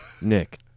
Nick